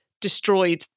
destroyed